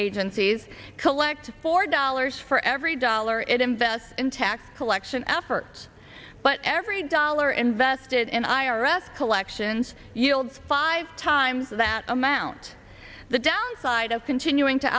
agencies collect four dollars for every dollar it invests in tax collection efforts but every dollar invested in i r s collections yields five times that amount the downside of continuing to